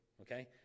Okay